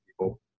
people